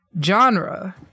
genre